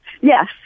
Yes